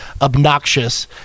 obnoxious